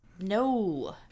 no